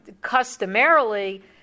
customarily